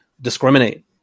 discriminate